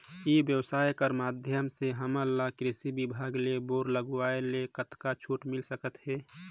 ई व्यवसाय कर माध्यम से हमन ला कृषि विभाग ले बोर लगवाए ले कतका छूट मिल सकत हे?